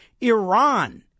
Iran